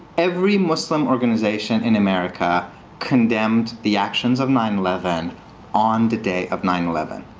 every muslim organization in america condemned the actions of nine eleven on the day of nine eleven.